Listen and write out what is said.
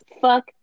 Fuck